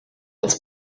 uns